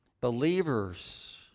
Believers